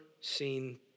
seen